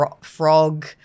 frog